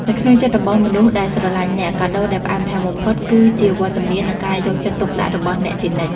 នៅក្នុងចិត្តរបស់មនុស្សដែលស្រឡាញ់អ្នក កាដូដែលផ្អែមល្ហែមបំផុត គឺជាវត្តមាន និងការយកចិត្តទុកដាក់របស់អ្នកជានិច្ច។